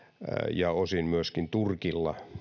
ja osin myöskin turkilla